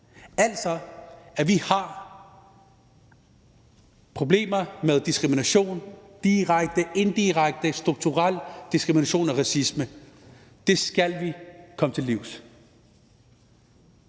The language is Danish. altså problemer med diskrimination, direkte, indirekte, strukturel diskrimination og racisme, og det skal vi komme til livs.